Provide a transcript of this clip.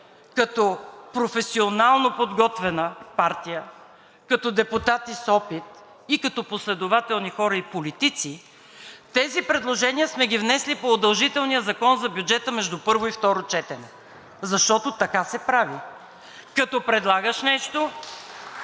като професионално подготвена партия, като депутати с опит и като последователни хора и политици тези предложения сме ги внесли по удължителния Закон за бюджета между първо и второ четене, защото така се прави – като предлагаш нещо